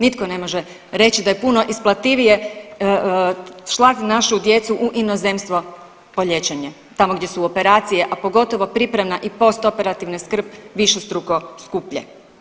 Nitko ne može reći da je puno isplativije slati našu djecu u inozemstvo po liječenje, tamo gdje su operacije, a pogotovo pripremna i post operativna skrb višestruko skuplje.